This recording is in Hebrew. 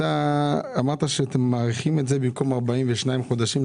אתה אמרת שאתם מאריכים את זה ל-54 חודשים במקום 42 חודשים.